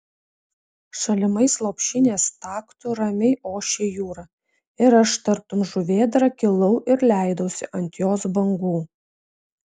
šalimais lopšinės taktu ramiai ošė jūra ir aš tartum žuvėdra kilau ir leidausi ant jos bangų